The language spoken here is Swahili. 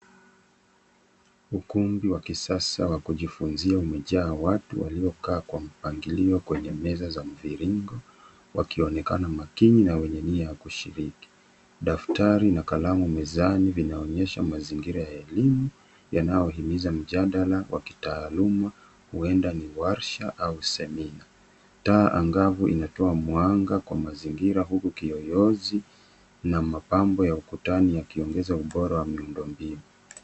Ukumbi wa kisasa wakujifunzia umejaa watu walio kaa kwa mpangilio kwenye meza za mviringo, wakionekana makini na wenye nia yakushiriki. Daftari na kalamu mezani vinaonyesha mazingira ya elimu yanaohimiza mjadala wakitaaluma huenda ni warsha au semina. Taa ngavu inatoa mwanga kwa mazingira huku kiyoyozi na mapambo ya ukutani yakiongeza ubora wa miundo mbinu.